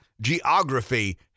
geography